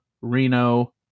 reno